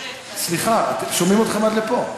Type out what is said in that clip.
סליחה, שומעים אתכם עד כאן.